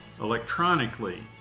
electronically